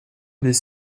des